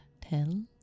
tell